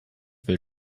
will